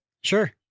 sure